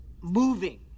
moving